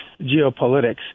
geopolitics